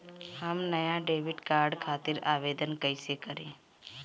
हम नया debit card खातिर आवेदन कईसे करी?